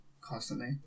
constantly